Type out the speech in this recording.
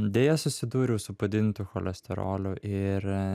deja susidūriau su padidintu cholesteroliu ir